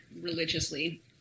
religiously